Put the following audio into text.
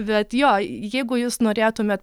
bet jo jeigu jūs norėtumė